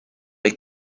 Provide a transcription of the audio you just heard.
they